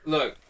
Look